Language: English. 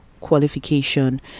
qualification